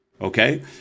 okay